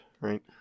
right